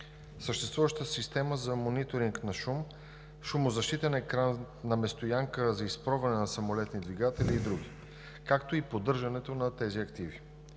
съществуваща система за мониторинг на шум, шумозащитен екран на стоянка – за изпробване на самолетни двигатели и други, както и поддържането на тези активи.